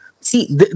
see